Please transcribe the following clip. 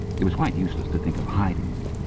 it was quite useless to think of hiding it,